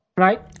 Right